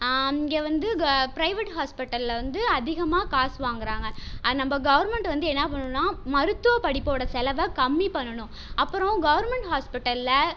இங்கே வந்து க பிரைவேட் ஹாஸ்பிட்டலில் வந்து அதிகமாக காசு வாங்குகிறாங்க அதை நம்ம கவர்மெண்ட் வந்து என்ன பண்ணும்னா மருத்துவ படிப்போட செலவை கம்மி பண்ணணும் அப்புறம் கவர்மெண்ட் ஹாஸ்பிட்டலில்